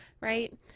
right